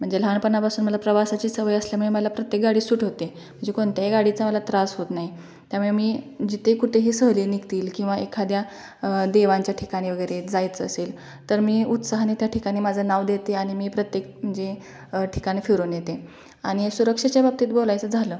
म्हणजे लहानपणापासून मला प्रवासाची सवय असल्यामुळे मला प्रत्येक गाडी सूट होते मंजे कोणत्याही गाडीचा मला त्रास होत नाही त्यामळे मी जिथे कुठेही सहली निघतील किंवा एखाद्या देवांच्या ठिकाणी वगैरे जायचं असेल तर मी उत्साहाने त्या ठिकाणी माजं नाव देते आणि मी प्रत्येक मंजे ठिकाणी फिरून येते आणि सुरक्षेच्या बाबतीत बोलायचं झालं